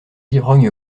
ivrognes